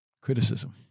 criticism